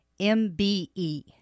MBE